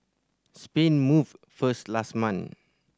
Spain moved first last month